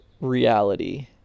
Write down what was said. reality